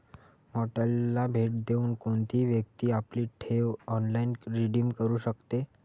पोर्टलला भेट देऊन कोणतीही व्यक्ती आपली ठेव ऑनलाइन रिडीम करू शकते